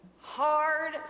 Hard